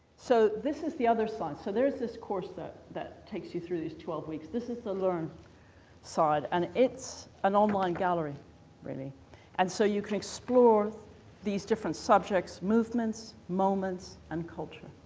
so this is the other site. so there's this course that that takes you through these twelve weeks. this is the learn and it's an online gallery really and so you can explore these different subjects, movements, moments and culture,